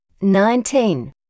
nineteen